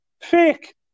fake